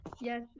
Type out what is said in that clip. yes